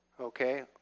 Okay